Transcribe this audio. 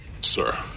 Sir